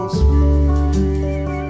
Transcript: sweet